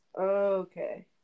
Okay